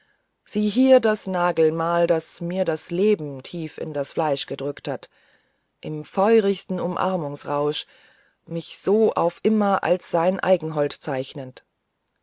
sieh hier das nagelmal das mir das leben tief in das fleisch gedrückt hat im feurigsten umarmungsrausch mich so auf immer als seinen eigenhold zeichnend